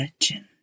Legend